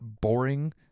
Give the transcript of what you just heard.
boring